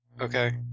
Okay